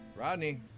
Rodney